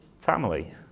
family